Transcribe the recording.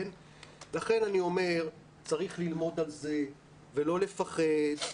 לכן אני אומר, צריך ללמוד על זה, ולא לפחד.